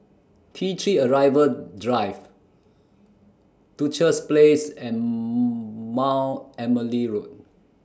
T three Arrival Drive Duchess Place and Mount Emily Road